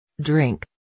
Drink